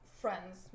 friends